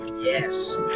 Yes